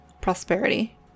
prosperity